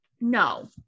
no